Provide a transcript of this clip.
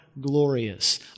glorious